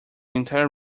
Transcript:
entire